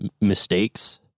mistakes